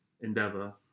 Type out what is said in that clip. endeavor